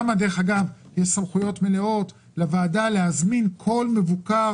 יש סמכויות מלאות לוועדה להזמין כל מבוקר,